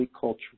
Culture